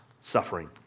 suffering